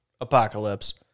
Apocalypse